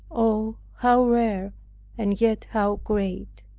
oh, how rare and yet how great!